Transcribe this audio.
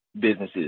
businesses